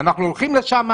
אנחנו הולכים לשם.